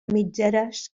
mitgeres